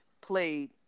played